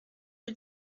rue